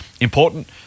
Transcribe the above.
Important